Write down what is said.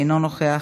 אינו נוכח,